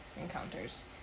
encounters